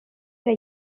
era